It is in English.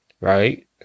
Right